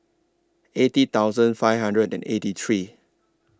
eighty thousand five hundred and eighty three